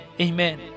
amen